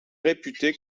réputé